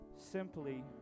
simply